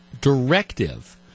directive